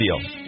deal